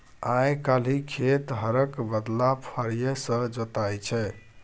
आइ काल्हि खेत हरक बदला फारीए सँ जोताइ छै